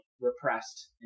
repressed